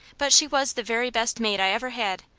but she was the very best maid i ever had.